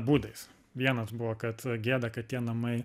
būdais vienas buvo kad gėda kad tie namai